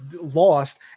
lost